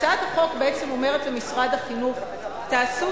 הצעת החוק בעצם אומרת למשרד החינוך: תעשו